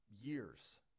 years